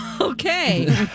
okay